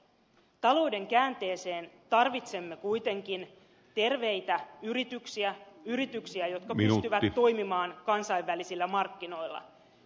talouden käänteeseen tarvitsemme kuitenkin terveitä yrityksiä yrityksiä jotka pystyvät toimimaan kansainvälisillä markkinoilla